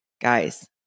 guys